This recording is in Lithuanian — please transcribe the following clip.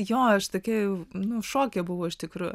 jo aš tokia jau nu šoke buvo iš tikrųjų